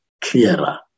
clearer